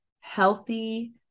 healthy